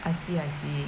I see I see